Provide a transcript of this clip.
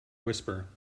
whisper